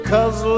Cause